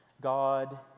God